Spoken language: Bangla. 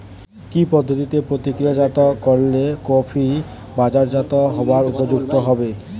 কি পদ্ধতিতে প্রক্রিয়াজাত করলে কফি বাজারজাত হবার উপযুক্ত হবে?